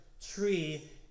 tree